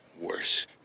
worse